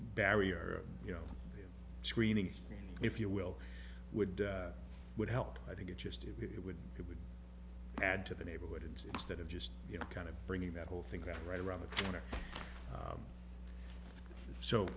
barrier you know screening if you will would would help i think it just it would it would add to the neighborhood and instead of just you know kind of bringing that whole thing about right around the corner